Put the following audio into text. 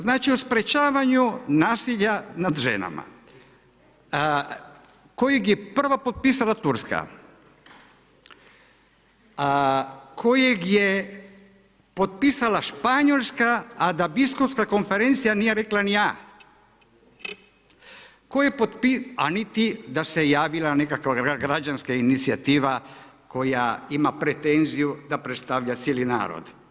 Znači o sprječavanju nasilja nad ženama, kojeg je prva potpisala Turska, kojeg je potpisala Španjolska, a da Biskupska konferencija nije rekla ni A, a niti da se javila nekakva građanska inicijativa koja ima pretenziju da predstavlja cijeli narod.